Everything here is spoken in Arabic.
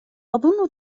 أظن